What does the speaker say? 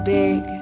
big